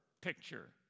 picture